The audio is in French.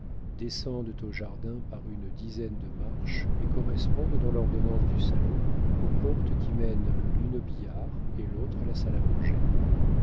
descendent au jardin par une dizaine de marches et correspondent dans l'ordonnance du salon aux portes qui mènent l'une au billard et l'autre à la salle à manger